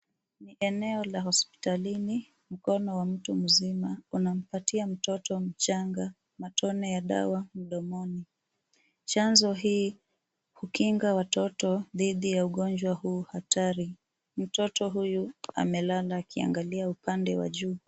Ni eneo la hositalini, mkono wa mtu mzima unampatia mtoto mchanga matone ya dawa mdomoni. Chanzo hii hukinga watoto dhidi ya ugonjwa huu hatari. Mtoto huyu amelala akiangalia upande wa juu.